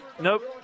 Nope